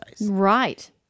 Right